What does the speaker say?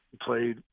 played